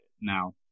Now